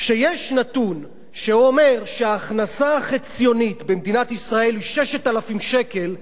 כשיש נתון שאומר שההכנסה החציונית במדינת ישראל היא 6,000 שקל,